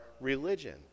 religion